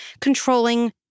controlling